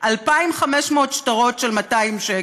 2,500 שטרות של 200 שקל.